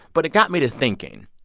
but it got me to thinking.